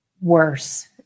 worse